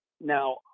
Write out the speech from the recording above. Now